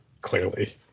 clearly